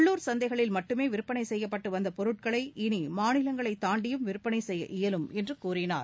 உள்ளுர் சந்தைகளில் மட்டுமே விற்பனை செய்யப்பட்டு வந்த பொருட்களை இனி மாநிலங்களைத் தாண்டியும் விற்பனை செய்ய இயலும் என்று கூறினார்